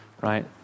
right